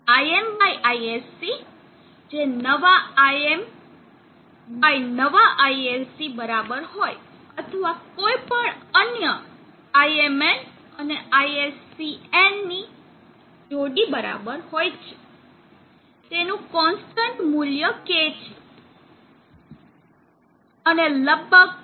Im by ISC Im ISC જે નવા Im by નવા ISC Im new ISC new બરાબર હોય અથવા કોઈપણ અન્ય Imn અને ISCn જોડી ની બરાબર હોય છે તેનું કોનસ્ટન્ટ નું મૂલ્ય k જેટલું છે અને લગભગ 0